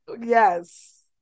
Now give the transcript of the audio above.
Yes